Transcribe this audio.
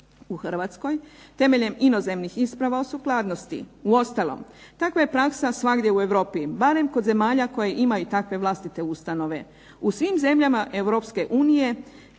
u hrvatskoj temeljem inozemnih isprava o sukladnosti. Uostalom takva je praksa svagdje u Europi, barem kod zemalja koje imaju takve vlastite ustanove. U svim zemljama Europske unije